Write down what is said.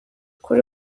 kuri